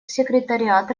секретариат